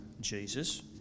Jesus